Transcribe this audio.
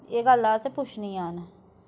एह् गल्ल असें पुच्छनियां न